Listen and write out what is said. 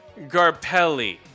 Garpelli